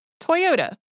Toyota